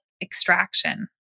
extraction